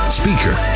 speaker